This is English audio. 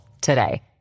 today